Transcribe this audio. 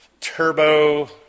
Turbo